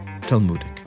Talmudic